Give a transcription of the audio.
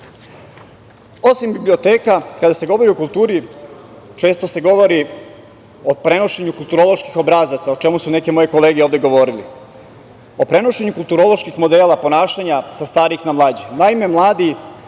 biblioteka, kada se govori o kulturi, često se govori o prenošenju kulturoloških obrazaca, a o čemu su neke moje kolege ovde govorile. O prenošenju kulturoloških modela ponašanja sa starijih na mlađe.